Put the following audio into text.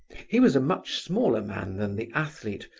he was a much smaller man than the athlete,